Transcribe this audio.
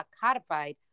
codified